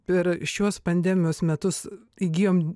per šiuos pandemijos metus įgijom